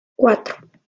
cuatro